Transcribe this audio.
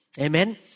Amen